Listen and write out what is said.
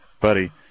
buddy